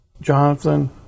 Jonathan